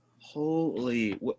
Holy